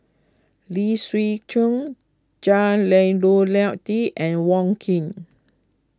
Lee Siew Choh Jah Lelawati and Wong Keen